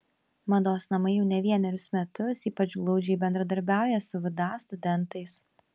mados namai jau ne vienerius metus ypač glaudžiai bendradarbiauja su vda studentais